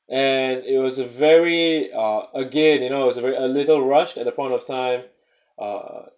and it was a very uh again you know it was a very a little rushed at the point of time uh